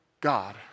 God